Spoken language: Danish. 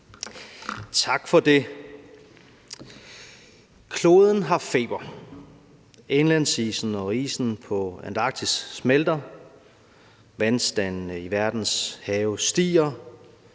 Tak for det. Kloden har feber. Indlandsisen og isen på Antarktis smelter, vandstandene i verdens have stiger,